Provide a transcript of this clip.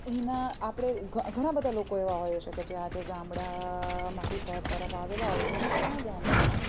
એના આપણે ઘણા બધા લોકો એવા હોય છે કે જે આજે ગામડામાંથી શહેર તરફ આવેલા હોય છે ને ત્યાં ગામડામાં